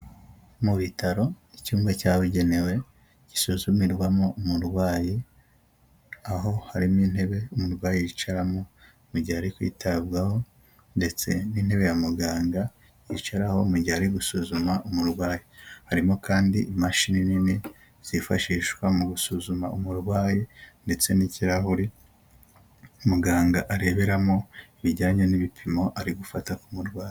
Mu bitaro icyumba cyabugenewe gisuzumirwamo umurwayi aho harimo intebe umurwayi yicaramo mu gihe ari kwitabwaho ndetse n'intebe ya muganga yicaraho mu gihe ari gusuzuma umurwayi harimo kandi imashini nini zifashishwa mu gusuzuma umurwayi ndetse n'ikirahuri muganga areberamo bijyanye n'ibipimo ari gufata k'umurwayi.